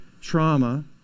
trauma